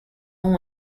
own